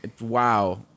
wow